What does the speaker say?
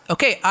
Okay